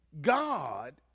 God